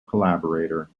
collaborator